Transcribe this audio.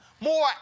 more